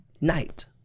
night